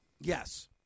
Yes